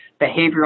behavioral